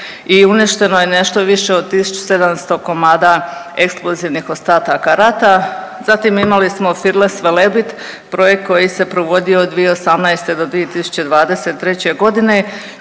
i uništeno je nešto više od 1700 komada eksplozivnih ostataka rata. Zatim, imali smo Fearless Velebit, projekt koji se provodio od 2018. do 2023. godine